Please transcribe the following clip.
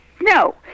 No